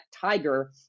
Tiger